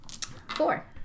four